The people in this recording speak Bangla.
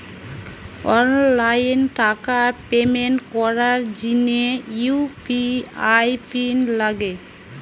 অনলাইন টাকার পেমেন্ট করার জিনে ইউ.পি.আই পিন লাগে